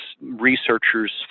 researchers